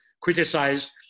criticize